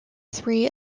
three